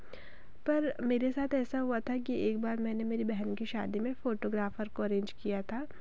पर मेरे साथ ऐसा हुआ था कि एक बार मैंने मेरी बहन शादी में फ़ोटोग्राफ़र को अरेंज किया था